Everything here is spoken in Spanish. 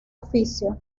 oficio